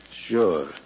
Sure